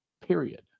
period